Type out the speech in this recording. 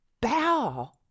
bow